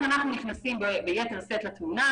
אז אנחנו נכנסים ביתר שאת לתמונה,